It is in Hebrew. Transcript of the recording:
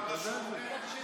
גם אני רשום?